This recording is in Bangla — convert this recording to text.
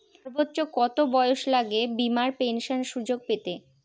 সর্বোচ্চ কত বয়স লাগে বীমার পেনশন সুযোগ পেতে?